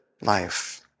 life